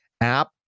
app